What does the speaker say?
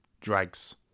drags